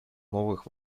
новых